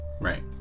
right